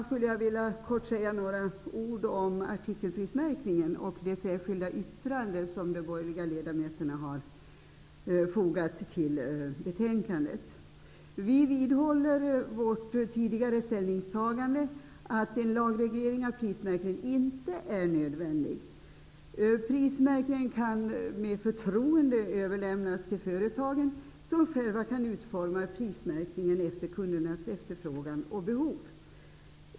Jag skulle sedan vilja säga några ord om artikelprismärkningen och det särskilda yttrande som de borgerliga ledamöterna har fogat till betänkandet. Vi vidhåller vårt tidigare ställningstagande att en lagreglering av prismärkningen inte är nödvändig. Prismärkningen kan med förtroende överlämnas till företagen, som själva kan utforma prismärkningen i enlighet med kundernas efterfrågan och behov.